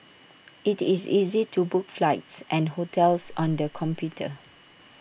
IT is easy to book flights and hotels on the computer